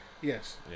Yes